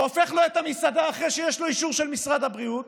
הופך לו את המסעדה אחרי שיש לו אישור של משרד הבריאות,